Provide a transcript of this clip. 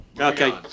Okay